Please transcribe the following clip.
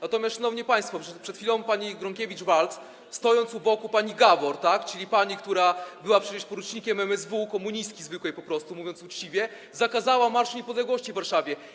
Natomiast, szanowni państwo, przed chwilą pani Gronkiewicz-Waltz, stojąc u boku pani Gawor, tak, czyli pani, która była przecież porucznikiem MSW, komunistki zwykłej po prostu, mówiąc uczciwie, zakazała Marszu Niepodległości w Warszawie.